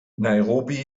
nairobi